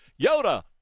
Yoda